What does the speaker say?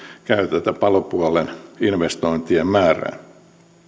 tätä palopuolen investointien määrää